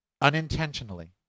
Unintentionally